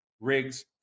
rigs